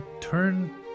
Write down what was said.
turn